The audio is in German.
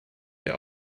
der